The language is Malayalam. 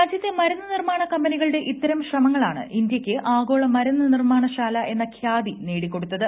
രാജ്യത്തെ മരുന്ന് നിർമ്മാണ കമ്പനികളുടെ ഇത്തൂർ ശ്രമങ്ങളാണ് ഇന്തൃയ്ക്ക് ആഗോള മരുന്ന് നിർമ്മാണ്ൽല എന്ന ഖ്യാതി നേടിക്കൊടുത്തത്